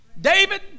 David